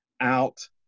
out